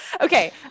Okay